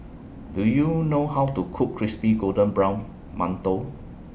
Do YOU know How to Cook Crispy Golden Brown mantou